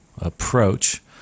approach